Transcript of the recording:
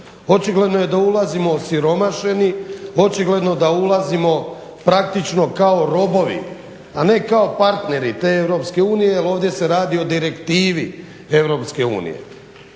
očigledno je da ulazimo osiromašeni, očigledno je da ulazimo praktično kao robovi, a ne kao partneri te Europske unije jer ovdje se radi o direktivi